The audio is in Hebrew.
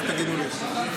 רק תגידו לי איפה.